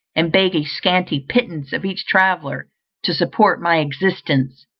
and beg a scanty pittance of each traveller to support my existence.